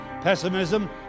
pessimism